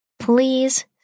Please